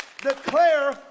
declare